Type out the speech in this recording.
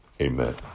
amen